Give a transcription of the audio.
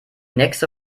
nächste